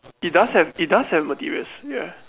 it does have it does have materials ya